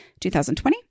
2020